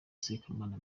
sekamana